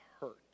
hurt